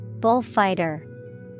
Bullfighter